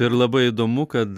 ir labai įdomu kad